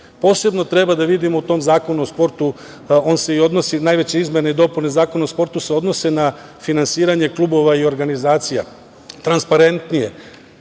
treba da vidimo u tom Zakonu o sportu, najveće izmene i dopune Zakona o sportu se odnose na finansiranje klubova i organizacija, transparentnije.